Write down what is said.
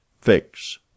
Fix